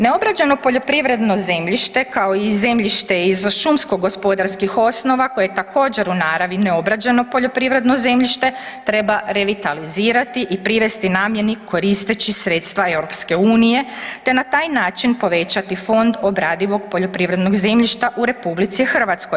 Neobrađeno poljoprivredno zemljište kao i zemljište iz šumsko gospodarskih osnova koje je također u naravi neobrađeno poljoprivredno zemljište treba revitalizirati i privesti namjeni koristeći sredstva EU, te na taj način povećati fond obradivog poljoprivrednog zemljišta u RH.